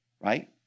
right